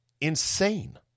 insane